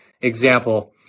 example